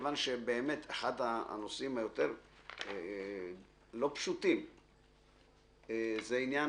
כיוון שבאמת אחד הנושאים הלא פשוטים זה עניין